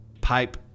pipe